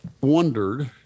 wondered